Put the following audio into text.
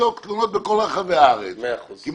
שתבדוק תלונות בכל רחבי הארץ.